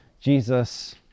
Jesus